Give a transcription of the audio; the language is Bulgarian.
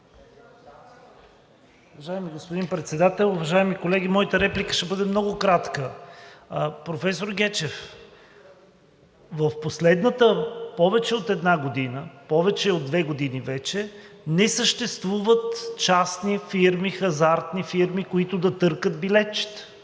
Уважаеми господин Председател, уважаеми колеги! Моята реплика ще бъде много кратка. Професор Гечев, в последните вече повече от две години не съществуват частни хазартни фирми, които да търкат билетчета.